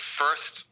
first